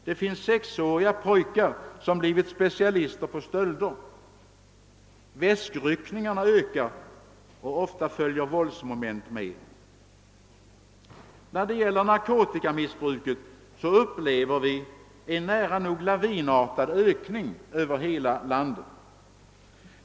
Det finns sexåriga pojkar som blivit specialister på stölder, väskryckningarna har ökat och ofta följer våldsmoment med. När det gäller narkotikamissbruket kan det sägas att vi upplever en nära nog lavinartad ökning över hela landet.